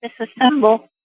disassemble